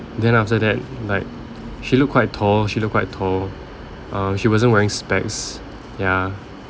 then after that like she looked quite tall she looked quite tall uh she wasn't wearing specs ya